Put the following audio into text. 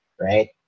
right